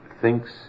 thinks